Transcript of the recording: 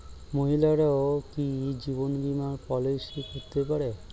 মহিলারাও কি জীবন বীমা পলিসি করতে পারে?